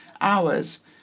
hours